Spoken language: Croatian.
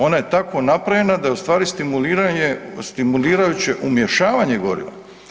Ona je tako napravljena da je ustvari stimulirajuće umješavanje goriva.